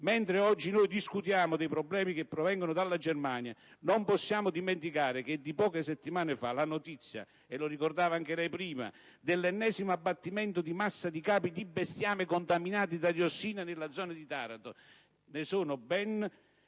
Mentre oggi noi discutiamo dei problemi provenienti dalla Germania, non possiamo dimenticare che è di poche settimane fa la notizia - e lo ricordava anche lei - dell'ennesimo abbattimento di massa di capi di bestiame contaminati da diossina nella zona di Taranto. Dal 2008